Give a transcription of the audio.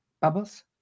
Bubbles